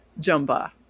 Jumba